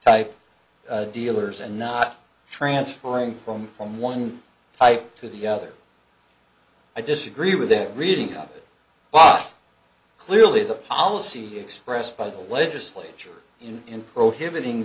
type dealers and not transferring from from one type to the other i disagree with that reading up box clearly the policy expressed by the legislature in prohibiting